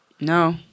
No